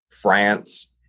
France